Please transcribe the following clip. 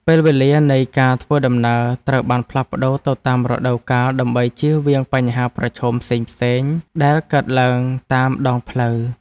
ពេលវេលានៃការធ្វើដំណើរត្រូវបានផ្លាស់ប្តូរទៅតាមរដូវកាលដើម្បីជៀសវាងបញ្ហាប្រឈមផ្សេងៗដែលកើតឡើងតាមដងផ្លូវ។